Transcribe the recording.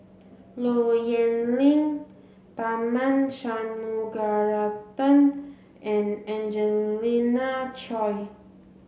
Low Yen Ling Tharman Shanmugaratnam and Angelina Choy